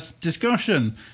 discussion